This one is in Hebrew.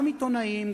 גם עיתונאים,